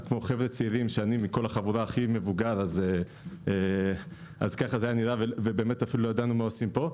אני בחבורה הכי מבוגר, ולא ידענו מה עושים פה.